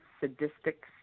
sadistic